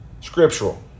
scriptural